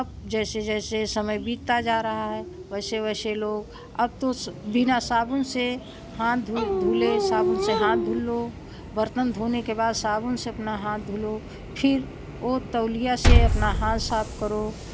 अब जैसे जैसे समय बितता जा रहा है वैसे वैसे लोग अब तो बिना साबुन से हाथ धुले साबुन से हाथ धुल लो बर्तन धोने के बाद साबुन से अपना हाथ धुलो फिर वो तौलिया से अपना हाथ साफ करो